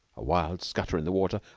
a wild scutter in the water,